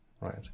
Right